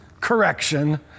correction